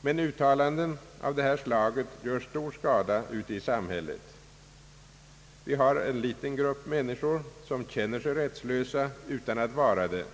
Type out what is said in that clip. Men uttalanden av detta slag gör stor skada ute i samhället. Vi har en liten grupp människor, som känner sig rättslösa utan att vara det.